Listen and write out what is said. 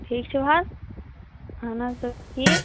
ٹھیٖک چھُ حظ اہن حظ تُہۍ چھُ ٹھیٖک